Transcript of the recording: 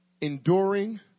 enduring